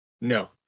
No